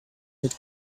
that